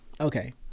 Okay